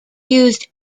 used